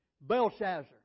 Belshazzar